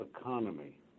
economy